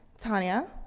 tania,